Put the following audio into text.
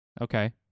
Okay